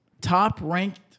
Top-ranked